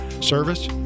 service